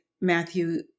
Matthew